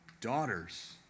daughters